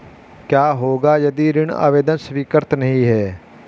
क्या होगा यदि ऋण आवेदन स्वीकृत नहीं है?